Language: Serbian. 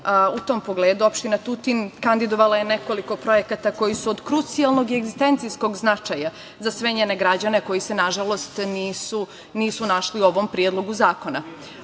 tom pogledu opština Tutin kandidovala je nekoliko projekata koji su od krucijalnog i egzistencijalnog značaja za sve njene građane koji se, nažalost, nisu našli u ovom predlogu zakona.